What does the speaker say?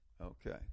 Okay